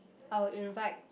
I will invite